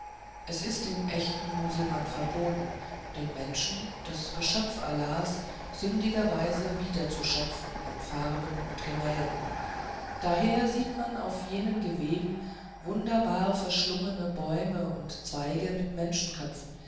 es ist dem echten muselmann verboten den menschen das geschöpf allahs sündigerweise wiederzuschöpfen in farben und gemälden daher sieht man auf jenen geweben wunderbar verschlungene bäume und zweige mit menschenköpfen